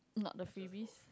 not the freebies